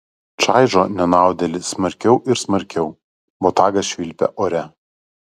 čaižo nenaudėlį smarkiau ir smarkiau botagas švilpia ore